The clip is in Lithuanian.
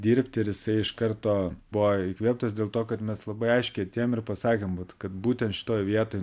dirbt ir jisai iš karto buvo įkvėptas dėl to kad mes labai aiškiai atėjom ir pasakėm vat kad būtent šitoj vietoj